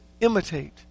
imitate